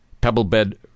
Pebble-bed